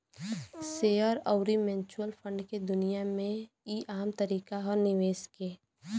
share अउर mutual fund के दुनिया मे ई आम तरीका ह निवेश के